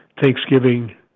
Thanksgiving